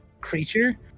creature